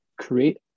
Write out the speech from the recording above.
create